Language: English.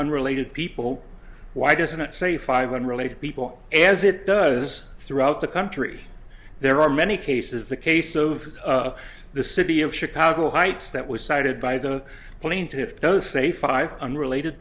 unrelated people why doesn't it say five hundred related people as it does throughout the country there are many cases the case of the city of chicago heights that was cited by the plaintiffs does say five unrelated